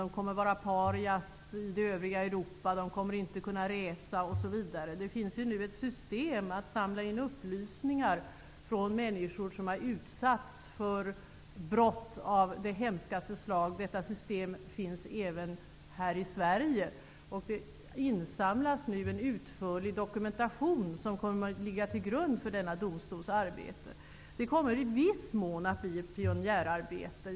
De kommer att vara parior i det övriga Europa. De kommer inte att kunna resa, osv. Det finns nu ett system för att samla in upplysningar från människor som har utsatts för brott av det hemskaste slag. Detta system finns även här i Sverige. Det insamlas nu en utförlig dokumentation, som kommer att ligga till grund för denna domstols arbete. Det kommer att i viss mån bli ett pionjärarbete.